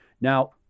Now